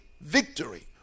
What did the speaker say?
victory